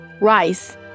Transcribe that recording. Rice